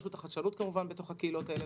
רשות החדשנות כמובן בתוך הקהילות האלה.